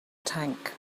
tank